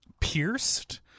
pierced